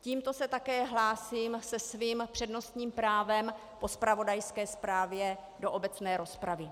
Tímto se také hlásím se svým přednostním právem po zpravodajské zprávě do obecné rozpravy.